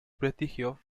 prestigio